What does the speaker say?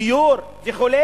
דיור וכו',